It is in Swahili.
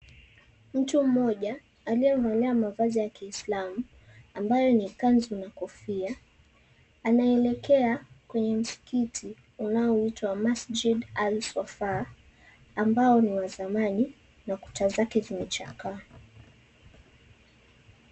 Mtu mmoja aliyevalia mavazi ya kiislamu ambayo ni kanzu na kofia anaelekea kwenye msikiti unaoitwa masjid al swafa ambao ni wa zamani na kuta zake zimechakaa.